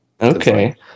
Okay